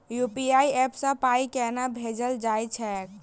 UPI app सँ पाई केना भेजल जाइत छैक?